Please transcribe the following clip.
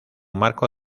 marco